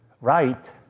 right